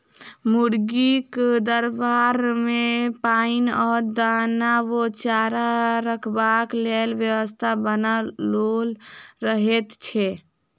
मुर्गीक दरबा मे पाइन आ दाना वा चारा रखबाक लेल व्यवस्था बनाओल रहैत छै